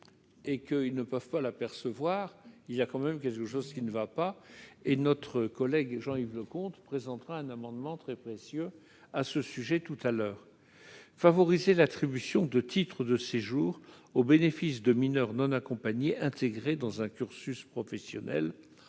et que ils ne peuvent pas l'apercevoir, il y a quand même, qu'est que, chose qui ne va pas et notre collègue Jean-Yves Leconte présentera un amendement très précieux à ce sujet, tout à l'heure, favoriser l'attribution de titres de séjour au bénéfice de mineurs non accompagnés, intégré dans un cursus professionnel